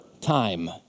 time